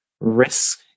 risk